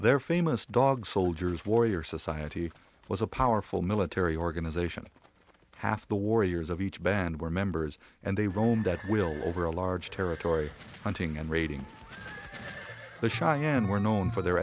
their famous dog soldiers warrior society was a powerful military organization half the warriors of each band were members and they roamed at will over a large territory hunting and raiding the cheyenne were known for their